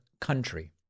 country